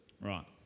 Right